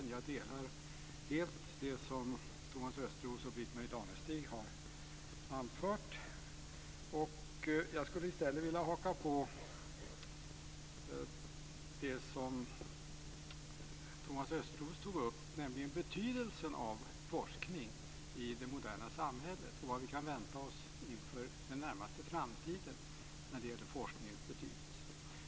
Jag delar helt det som Thomas Östros och Britt-Marie Danestig har anfört. Jag skulle i stället vilja haka på det som Thomas Östros tog upp, nämligen betydelsen av forskning i det moderna samhället och vad vi kan vänta oss inför den närmaste framtiden när det gäller forskningens betydelse.